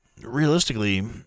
realistically